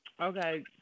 Okay